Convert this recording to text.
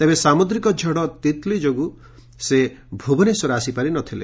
ତେବେ ସାମୁଦ୍ରିକ ଝଡ଼ ତିତ୍ଲି ଯୋଗୁଁ ସେ ଭୁବନେଶ୍ୱର ଆସିପାରି ନଥିଲେ